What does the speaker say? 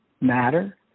matter